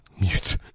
Mute